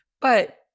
But-